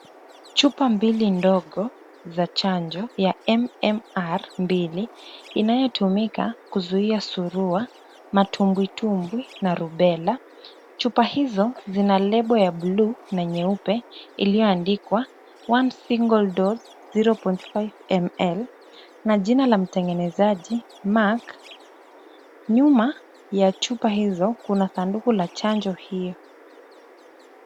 Chupa mbili ndogo, za chanjo, ya MMR mbili, inayotumika kuzuia surua, matumbwitumbwi na rubella. Chupa hizo zina lebo ya bluu na nyeupe, iliyoandikwa one single dose, zero point five mL na jina la mtengenezaji, Mark, nyuma ya chupa hizo kuna sanduku la chanjo hiyo.